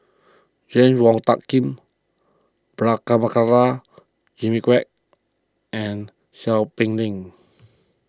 James Wong Tuck Yim Prabhakara Jimmy Quek and Seow Peck Leng